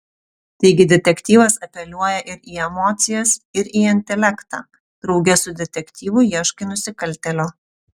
taigi detektyvas apeliuoja ir į emocijas ir į intelektą drauge su detektyvu ieškai nusikaltėlio